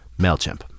MailChimp